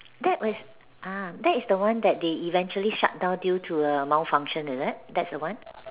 that is ah that is the one that they eventually shut down due to err malfunction is it that's the one